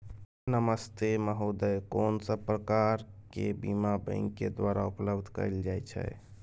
नमस्ते महोदय, कोन सब प्रकार के बीमा बैंक के द्वारा उपलब्ध कैल जाए छै?